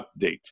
update